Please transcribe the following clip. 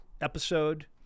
episode